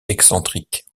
excentrique